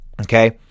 Okay